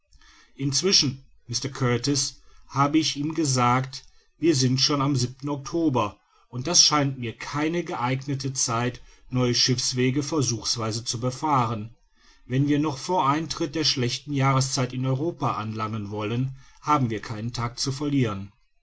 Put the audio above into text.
inzwischen mr kurtis habe ich ihm gesagt wir sind schon am october und das scheint mir keine geeignete zeit neue schiffswege versuchsweise zu befahren wenn wir noch vor eintritt der schlechten jahreszeit in europa anlangen wollen haben wir keinen tag zu verlieren